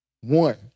One